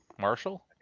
Marshall